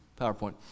PowerPoint